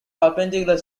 perpendicular